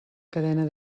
cadena